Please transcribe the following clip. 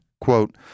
Quote